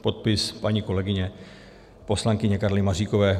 Podpis paní kolegyně, poslankyně Karly Maříkové.